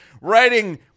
writing